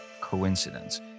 coincidence